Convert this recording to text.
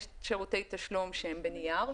יש שירותי תשלום שהם בנייר,